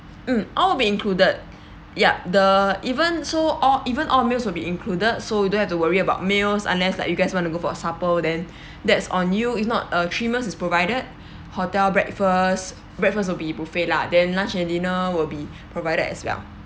mm all will be included yup the even so all even all meals will be included so you don't have to worry about meals unless like you guys want to go for a supper then that's on you if not uh three meals is provided hotel breakfast breakfast will be buffet lah then lunch and dinner will be provided as well